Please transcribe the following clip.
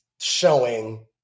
showing